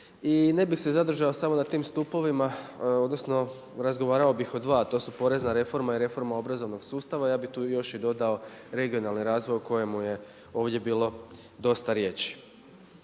Ne bih se zadržao samo na tim stupovima, odnosno razgovarao bih o dva a to su porezna reforma i reforma obrazovnog sustava. Ja bih tu još i dodao regionalni razvoj o kojemu je ovdje bilo dosta riječi.